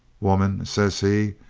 woman, says he,